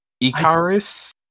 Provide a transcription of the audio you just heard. Icarus